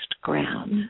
ground